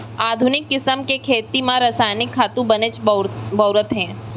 आधुनिक किसम के खेती म रसायनिक खातू बनेच बउरत हें